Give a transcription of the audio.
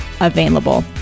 available